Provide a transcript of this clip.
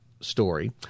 story